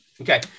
Okay